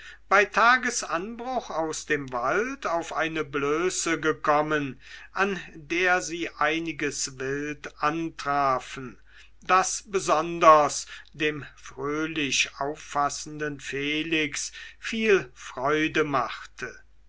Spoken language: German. bei tagesanbruch aus dem wald auf eine blöße gekommen an der sie einiges wild antrafen das besonders dem fröhlich auffassenden felix viel freude machte